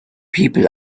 people